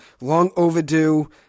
long-overdue